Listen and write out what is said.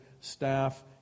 staff